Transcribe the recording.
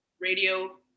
radio